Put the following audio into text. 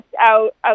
out